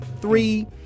three